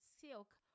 silk